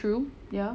true ya